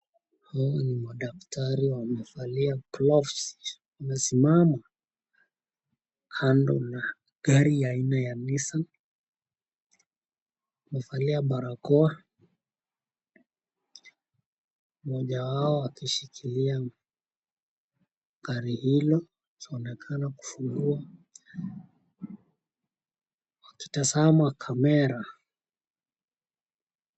Hawa ni madaktari wamevalia glovu, wamesimama kando na gari aina ya Nissan, wamevalia barakoa, mmoja wao akishikilia gari hilo anaonekana akifungua akitazama kamera.